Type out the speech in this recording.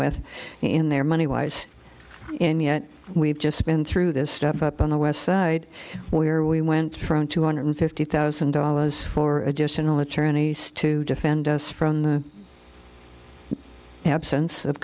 with in their money wise and yet we've just been through this step up on the west side where we went from two hundred fifty thousand dollars for additional attorneys to defend us from the absence of